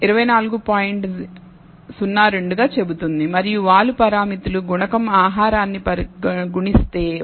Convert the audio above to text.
02 గా చెబుతుంది మరియు వాలు పారామితులు గుణకం ఆహారాన్ని గుణిస్తే 1